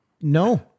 no